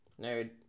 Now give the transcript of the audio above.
Nerd